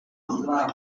avuga